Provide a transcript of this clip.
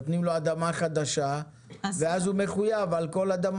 נותנים לו אדמה חדשה ואז הוא מחויב על כל אדמה